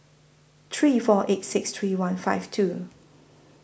three four eight six three one five two